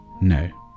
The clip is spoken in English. No